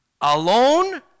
alone